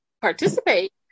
participate